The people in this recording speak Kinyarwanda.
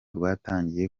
rwatangiye